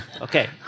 Okay